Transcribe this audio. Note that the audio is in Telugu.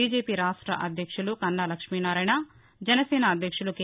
బీజేపీ రాష్ట అధ్యక్షుదు కన్నా లక్ష్మీనారాయణ జనసేన అధ్యక్షుడు కె